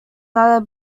neither